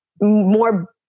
more